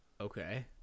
Okay